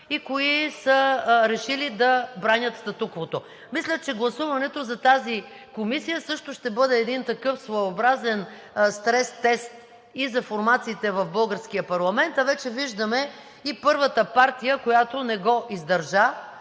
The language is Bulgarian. и кои са решили да бранят статуквото. Мисля, че гласуването за тази комисия също ще бъде един такъв своеобразен стрестест и за формациите в българския парламент, а вече виждаме и първата партия, която не го издържа,